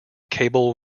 cable